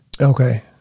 okay